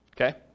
Okay